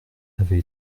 avait